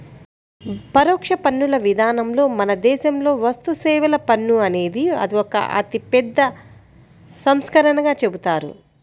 పరోక్ష పన్నుల విధానంలో మన దేశంలో వస్తుసేవల పన్ను అనేది ఒక అతిపెద్ద సంస్కరణగా చెబుతారు